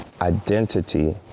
identity